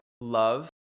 love